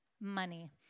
money